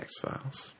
X-Files